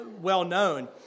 well-known